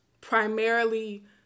primarily